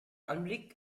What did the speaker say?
anblick